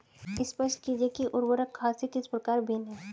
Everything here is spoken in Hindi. स्पष्ट कीजिए कि उर्वरक खाद से किस प्रकार भिन्न है?